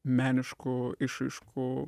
meniškų išraiškų